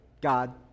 God